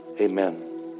Amen